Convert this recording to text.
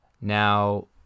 Now